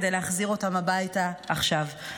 כדי להחזיר אותם הביתה עכשיו.